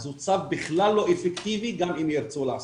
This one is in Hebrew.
אז הוא צו בכלל לא אפקטיבי, גם אם ירצו לעשות.